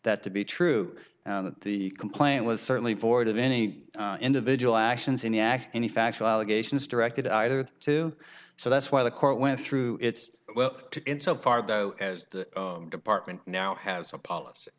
that to be true and that the complaint was certainly forward of any individual actions in the act any factual allegations directed either to so that's why the court went through its well in so far though as the department now has a policy